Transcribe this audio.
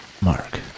mark